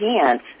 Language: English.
chance